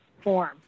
form